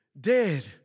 dead